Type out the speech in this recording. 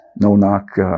no-knock